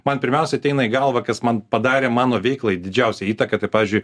man pirmiausia ateina į galvą kas man padarė mano veiklai didžiausią įtaką pavyzdžiui